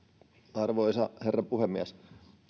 arvoisa herra puhemies